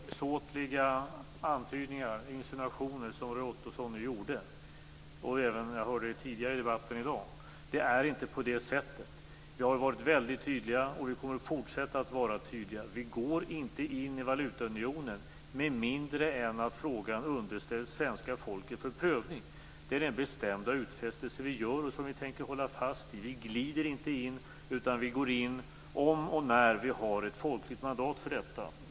Herr talman! Det är trist med den här typen av försåtliga insinuationer och antydningar som Roy Ottosson nu gjorde, och jag har hört dem även tidigare i debatten i dag. Det är inte på det sättet. Vi har varit väldigt tydliga, och vi kommer att fortsätta att vara tydliga. Vi går inte in i valutaunionen med mindre än att frågan har underställts svenska folket för prövning. Det är den bestämda utfästelse som vi gör och som vi tänker hålla fast vid. Vi glider inte in, utan vi går in om och när vi har ett folkligt mandat för detta.